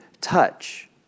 touch